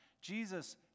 Jesus